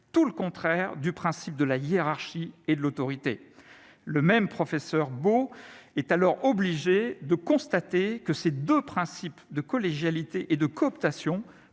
tout le contraire du principe de la hiérarchie et de l'autorité, le même professeur Baud est alors obligé de constater que ces 2 principes de collégialité et de cooptation